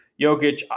Jokic